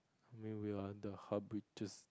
I mean we are the